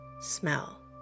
smell